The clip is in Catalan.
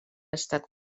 estat